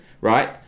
Right